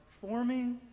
forming